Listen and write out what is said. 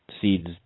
seeds